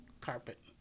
carpet